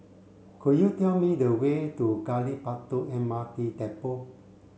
could you tell me the way to Gali Batu M R T Depot